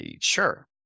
sure